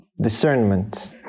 discernment